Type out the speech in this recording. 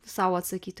sau atsakyti